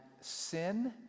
sin